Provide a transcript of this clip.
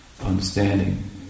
understanding